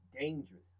dangerous